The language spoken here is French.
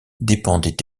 dépendait